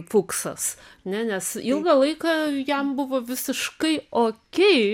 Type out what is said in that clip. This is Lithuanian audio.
fuksas ne nes ilgą laiką jam buvo visiškai okei